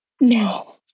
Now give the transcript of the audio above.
no